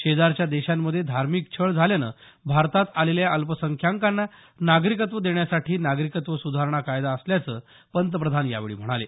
शेजारच्या देशांमध्ये धार्मिक छळ झाल्यानं भारतात आलेल्या अल्पसंख्याकांना नागरिकत्व देण्यासाठी नागरिकत्व सुधारणा कायदा असल्याचं पंतप्रधान यावेळी म्हणाले